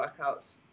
workouts